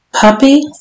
Puppy